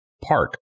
Park